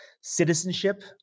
citizenship